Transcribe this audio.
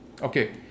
okay